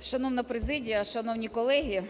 Шановна президія, шановні колеги,